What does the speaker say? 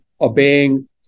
obeying